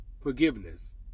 forgiveness